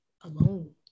alone